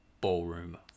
ballroom